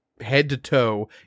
head-to-toe